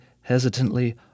hesitantly